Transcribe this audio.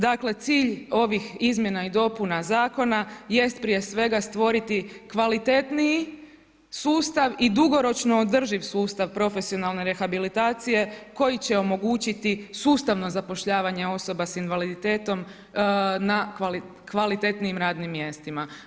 Dakle cilj ovih izmjena i dopuna zakona jest prije svega stvoriti kvalitetniji sustav i dugoročno održiv sustav profesionalne rehabilitacije koji će omogućiti sustavno zapošljavanje osoba s invaliditetom na kvalitetnijim radnim mjestima.